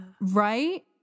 Right